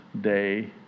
day